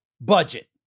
Budget